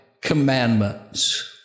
commandments